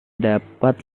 dapat